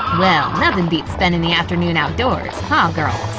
well, nothing beats spending the afternoon outdoors, huh, girls?